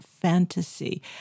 fantasy